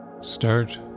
start